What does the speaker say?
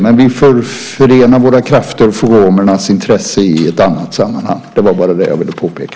Men vi får förena våra krafter för romernas intressen i ett annat sammanhang. Det vara bara det som jag ville påpeka.